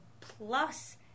plus